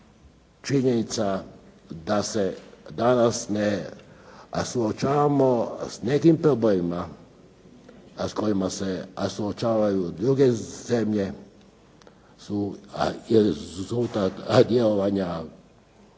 Činjenica da se danas ne suočavamo s nekim problemima s kojima se suočavaju druge zemlje su rezultat djelovanja